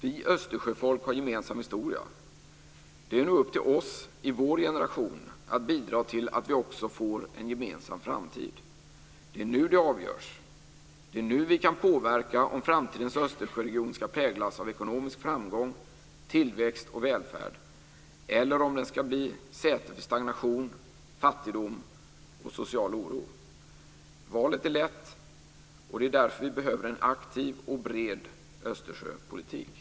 Vi Östersjöfolk har en gemensam historia. Det är nu upp till oss i vår generation att bidra till att vi också får en gemensam framtid. Det är nu det avgörs. Det är nu vi kan påverka om framtidens Östersjöregion ska präglas av ekonomisk framgång, tillväxt och välfärd, eller om den ska bli säte för stagnation, fattigdom och social oro. Valet är lätt. Det är därför vi behöver en aktiv och bred Östersjöpolitik.